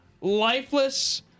lifeless